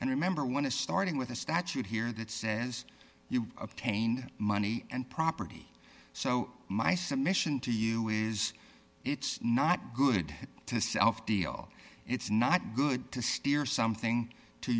and remember one is starting with a statute here that says you obtained money and property so my submission to you is it's not good to self heal it's not good to steer something to